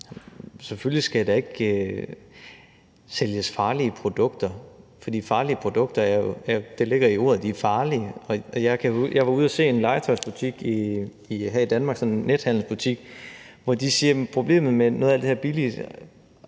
Selvfølgelig skal der ikke sælges farlige produkter, for det jo ligger i ordet, at farlige produkter er farlige. Jeg var ude at se en legetøjsbutik her i Danmark – det var sådan en nethandelsbutik – hvor de sagde, at problemet med noget af alt det her billige